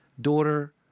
daughter